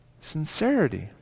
sincerity